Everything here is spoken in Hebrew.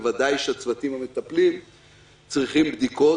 בוודאי שהצוותים המטפלים צריכים בדיקות.